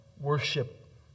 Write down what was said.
worship